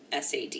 SAD